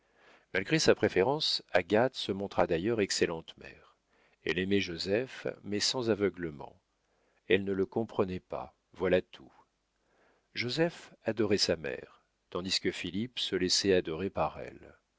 malgré sa préférence agathe se montra d'ailleurs excellente mère elle aimait joseph mais sans aveuglement elle ne le comprenait pas voilà tout joseph adorait sa mère tandis que philippe se laissait adorer par elle